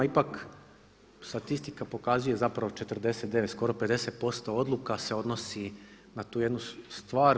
Ipak statistika pokazuje zapravo 49, skoro 50% odluka se odnosi na tu jednu stvar.